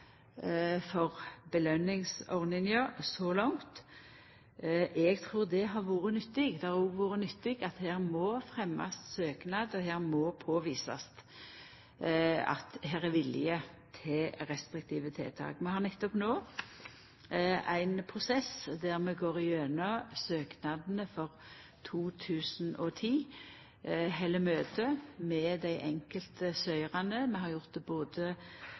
for belønningsordninga så langt. Eg trur det har vore nyttig. Det har òg vore nyttig at ein må fremja ein søknad, og ein må påvisa at ein har vilje til restriktive tiltak. Vi har nettopp no ein prosess der vi går gjennom søknadene for 2010 og held møte med dei enkelte søkjarane. Vi har gjort det både